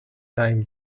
time